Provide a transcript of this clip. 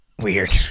weird